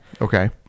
Okay